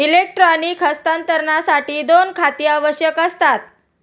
electronic हस्तांतरणासाठी दोन खाती आवश्यक असतात